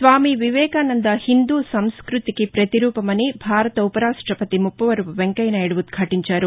స్వామి వివేకానంద హిందూ సంస్థతికి పతి రూపమని భారత ఉపరాష్ణపతి ముప్పవరపు ను వెంకయ్య నాయుడు ఉద్ఘాటించారు